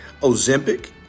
Ozempic